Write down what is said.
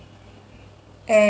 and